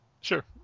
sure